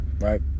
right